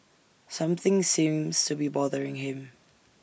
something seems to be bothering him